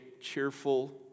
cheerful